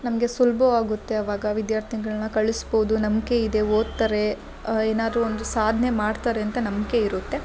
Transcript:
ನಮಗೆ ಸುಲ್ಭವಾಗುತ್ತೆ ಅವಾಗ ವಿದ್ಯಾರ್ತಿಗಳನ್ನ ಕಳಿಸ್ಬೌದು ನಂಬಿಕೆ ಇದೆ ಓದ್ತಾರೆ ಏನಾರು ಒಂದು ಸಾಧ್ನೆ ಮಾಡ್ತಾರೆ ಅಂತ ನಂಬಿಕೆ ಇರುತ್ತೆ